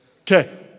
Okay